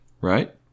Right